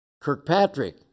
Kirkpatrick